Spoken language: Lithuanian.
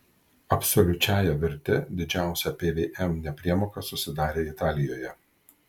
absoliučiąja verte didžiausia pvm nepriemoka susidarė italijoje